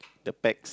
the bags